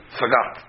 forgot